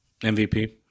MVP